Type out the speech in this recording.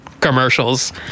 commercials